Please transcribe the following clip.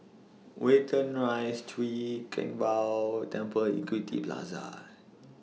Watten Rise Chwee Kang Beo Temple Equity Plaza